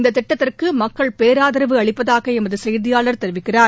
இந்த திட்டத்திற்கு மக்கள் பேராதரவு அளிப்பதாக எமது செய்தியாளர் தெரிவிக்கிறார்